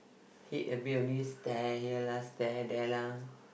hit a bit only stare here lah stare there lah